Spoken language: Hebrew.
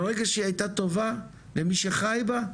ברגע שהיא הייתה טובה למי שחי בה,